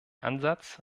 ansatz